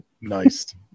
Nice